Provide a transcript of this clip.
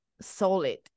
solid